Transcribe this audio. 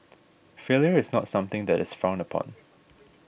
failure is not something that is frowned upon